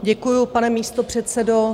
Děkuji, pane místopředsedo.